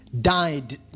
died